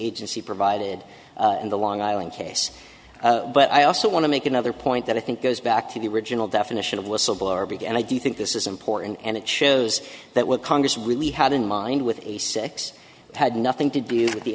agency provided in the long island case but i also want to make another point that i think goes back to the original definition of whistleblower big and i do think this is important and it shows that what congress really had in mind with a six had nothing to be in the